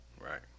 Right